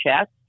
chest